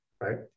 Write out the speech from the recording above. Right